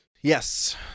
Yes